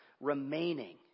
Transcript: remaining